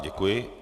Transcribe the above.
Děkuji.